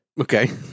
Okay